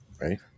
right